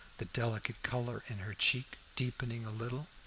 the delicate color in her cheek deepening a little.